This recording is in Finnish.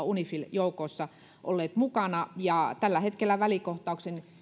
unifil joukoissa olleet mukana tällä hetkellä välikohtauksen